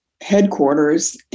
headquarters